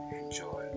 enjoy